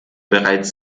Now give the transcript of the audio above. bereits